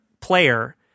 player